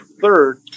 third